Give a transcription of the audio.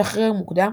שחרר מוקדם,